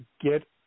get